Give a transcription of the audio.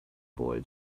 boy